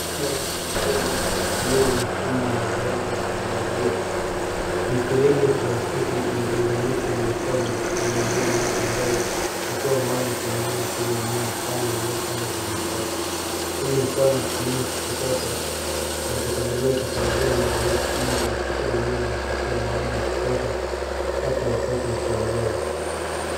Shamba linalonyunyuziwa maji kwa kutmia mfumo wa umwagiliaji wa kunyunyuzia. Mifereji ya plastiki imeunganishwa na vifaa vya kunyunyuzia maji ambayo yanatoa maji kwa nguvu kwnye mimea michanga iliyopangwa kwa mistari. Huu ni mfano wa kilimo cha kisasa kinachotegemea teknolojia ya umwagiiaji ili kuhakikisha mimea inapokea maji ya kutosha hata wakati wa kiangazi.